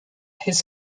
his